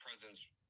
presence